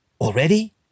Already